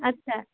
अच्छा